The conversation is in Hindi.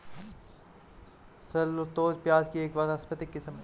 शल्लोत प्याज़ की एक वानस्पतिक किस्म है